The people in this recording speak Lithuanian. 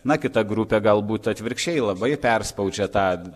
na kita grupė galbūt atvirkščiai labai perspaudžia tą